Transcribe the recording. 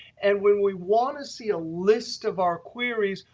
and when we want to see a list of our queries,